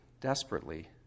desperately